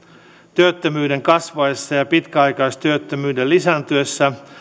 työttömyyden kasvaessa ja pitkäaikaistyöttömyyden lisääntyessä